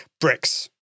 Bricks